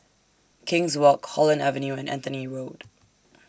King's Walk Holland Avenue and Anthony Road